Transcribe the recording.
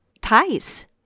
ties